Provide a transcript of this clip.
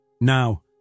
Now